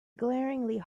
glaringly